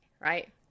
Right